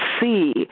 see